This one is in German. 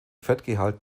fettgehalt